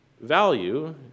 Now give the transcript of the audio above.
Value